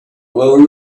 will